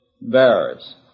bearers